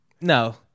No